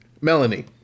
Melanie